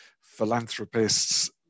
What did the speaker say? philanthropists